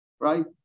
right